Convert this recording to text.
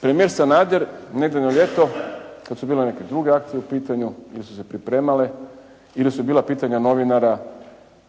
premijer Sanader negdje na ljeto kad su bile neke druge akcije u pitanju, ili su se pripremale, ili su bila pitanja novinara,